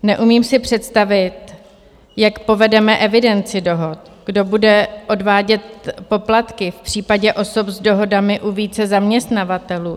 Neumím si představit, jak povedeme evidenci dohod, kdo bude odvádět poplatky v případě osob s dohodami u více zaměstnavatelů.